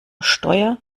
steuer